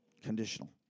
Conditional